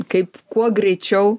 kaip kuo greičiau